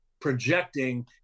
projecting